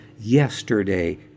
yesterday